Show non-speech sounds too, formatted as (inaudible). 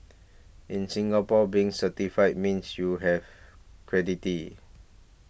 in Singapore being certified means you have (unintelligible)